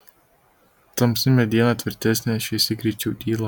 tamsi mediena tvirtesnė šviesi greičiau dyla